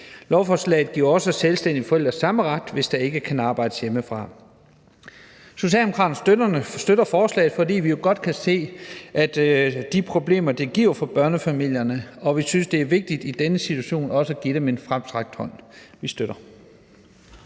Lovforslaget giver også selvstændige forældre samme ret, hvis de ikke kan arbejde hjemmefra. Socialdemokraterne støtter forslaget, fordi vi jo godt kan se de problemer, coronasituationen giver for børnefamilierne, og fordi vi også synes, at det er vigtigt i den her situation at give dem en fremstrakt hånd. Kl.